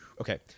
okay